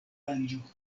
aranĝo